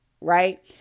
right